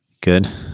Good